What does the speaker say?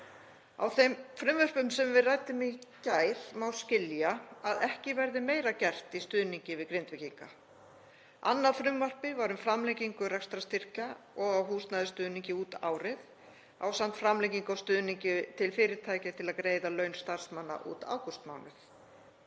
Á þeim frumvörpum sem við ræddum í gær má skilja að ekki verði meira gert í stuðningi við Grindvíkinga. Annað frumvarpið var um framlengingu rekstrarstyrkja og húsnæðisstuðnings út árið ásamt framlengingu á stuðningi til fyrirtækja til að greiða laun starfsmanna út ágústmánuð.